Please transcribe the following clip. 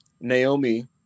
Naomi